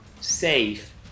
safe